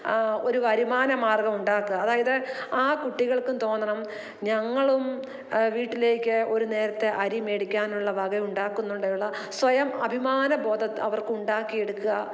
ഒരു വരുമാനമാർഗ്ഗമുണ്ടാക്കുക അതായത് ആ കുട്ടികൾക്കും തോന്നണം ഞങ്ങളും വീട്ടിലേക്ക് ഒരു നേരത്തെ അരി മേടിക്കാനുള്ള വക ഉണ്ടാക്കുന്നുണ്ടെന്നുള്ള സ്വയം അഭിമാനം ബോധം അവർക്കുണ്ടാക്കിയെടുക്കുക